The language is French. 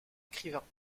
écrivain